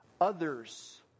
others